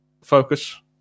focus